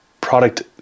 product